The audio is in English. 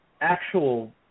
actual